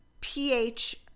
pH